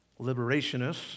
liberationists